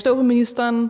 Tredje